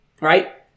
Right